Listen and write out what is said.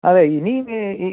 അതെ ഇനി ഈ